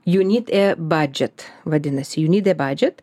you need a budget vadinasi you need a budget